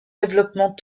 développement